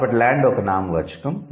కాబట్టి 'ల్యాండ్' ఒక నామవాచకం